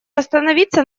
остановиться